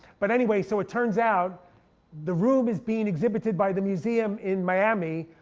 but anyway, so it turns out the room is being exhibited by the museum in miami,